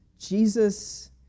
Jesus